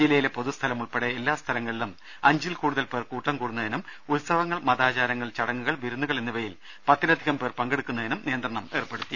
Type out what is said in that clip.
ജില്ലയിലെ പൊതുസ്ഥലം ഉൾപ്പെടെ എല്ലാ സ്ഥലങ്ങളിലും അഞ്ചിൽ കൂടുതൽ പേർ കൂട്ടംകൂടുന്നതിനും ഉത്സവങ്ങൾ മതാചാരങ്ങൾ ചടങ്ങുകൾ വിരുന്നുകൾ എന്നിവയിൽ പത്തിലധികം പേർ പങ്കെടുക്കുന്നതിനും നിയന്ത്രണം ഏർപ്പെടുത്തി